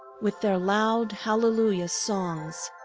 with their loud hallelujah songs,